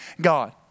God